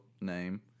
name